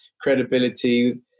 credibility